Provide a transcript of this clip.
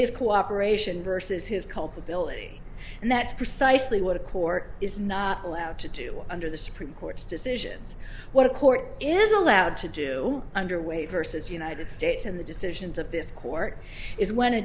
his cooperation versus his culpability and that's precisely what a court is not allowed to do under the supreme court's decisions what a court is allowed to do under way versus united states in the decisions of this court is when to